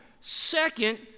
Second